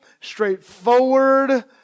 straightforward